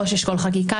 ראש אשכול חקיקה,